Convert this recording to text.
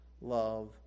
love